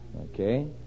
Okay